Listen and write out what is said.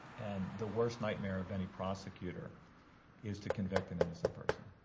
and the worst nightmare of any prosecutor is to convict an innocent person.